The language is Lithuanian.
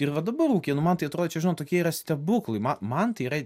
ir va dabar ūkyje nu man tai atrodo čia žink tokie yra stebuklai man man tai yra